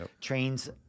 Trains